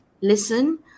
listen